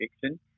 Fiction